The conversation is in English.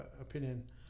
opinion